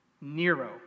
Nero